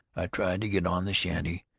i tried to git on the shanty,